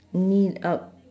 knee up